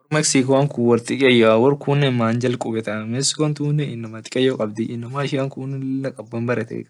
Wor mexico wor dikeyoa wor kunne manya jal kubetaa mexico tunne inama dikeyo kabdii inamakunne lila kaban baretee